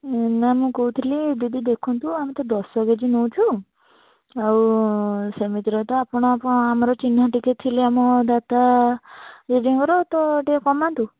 ମୁଁ ନା ମୁଁ କହୁଥିଲି ଦିଦି ଦେଖନ୍ତୁ ଆମେ ତ ଦଶ କେଜି ନେଉଛୁ ଆଉ ସେମିତିରେ ତ ଆପଣ ଆମର ଚିହ୍ନା ଟିକିଏ ଥିଲେ ଆମ ଦାଦା ଜେଜେଙ୍କର ତ ଟିକିଏ କମାନ୍ତୁ